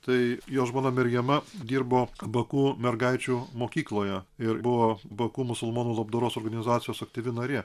tai jo žmona mergema dirbo baku mergaičių mokykloje ir buvo baku musulmonų labdaros organizacijos aktyvi narė